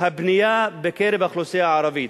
הבנייה בקרב האוכלוסייה הערבית.